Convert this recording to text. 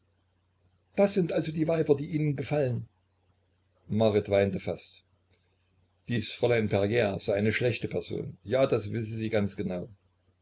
das sind also die weiber die ihnen gefallen marit weinte fast dies fräulein perier sei eine schlechte person ja das wisse sie ganz genau